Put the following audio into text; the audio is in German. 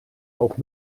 auch